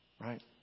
Right